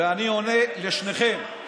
ואני עונה לשניכם,